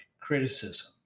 criticism